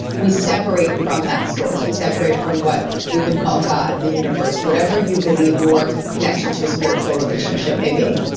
we separate from that source we separate from what we could call god, the universe, whatever you believe your connection to a spiritual relationship may be.